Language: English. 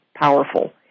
powerful